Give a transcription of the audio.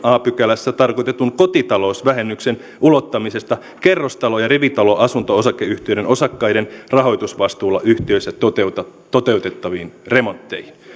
a pykälässä tarkoitetun kotitalousvähennyksen ulottamisesta kerrostalo ja rivitaloasunto osakeyhtiöiden osakkaiden rahoitusvastuulla yhtiössä toteutettaviin remontteihin